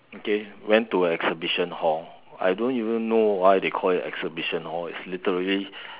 okay went to an exhibition hall I don't even know why they call it an exhibition hall it's literally